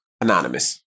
anonymous